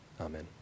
Amen